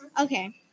Okay